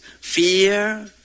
fear